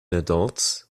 adults